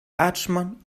adschman